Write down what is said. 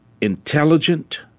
intelligent